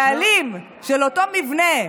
הבעלים של אותו מבנה,